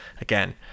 again